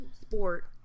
sport